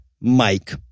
Mike